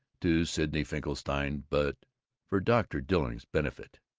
to sidney finkelstein, but for dr. dilling's benefit.